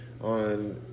on